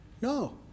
No